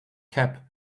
cap